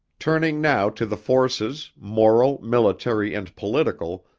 turning now to the forces, moral, military, and political,